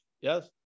yes